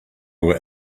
were